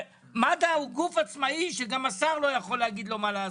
שמד"א הוא גוף עצמאי שגם השר לא יכול להגיד לו מה לעשות,